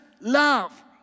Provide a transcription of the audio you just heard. love